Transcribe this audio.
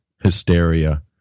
hysteria